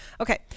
Okay